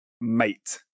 mate